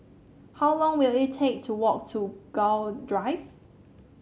how long will it take to walk to Gul Drive